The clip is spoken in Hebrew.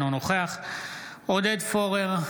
אינו נוכח עודד פורר,